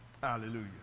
hallelujah